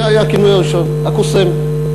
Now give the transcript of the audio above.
זה היה הכינוי הראשון, הקוסם.